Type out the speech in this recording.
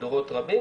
דורות רבים.